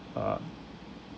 uh